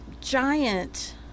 giant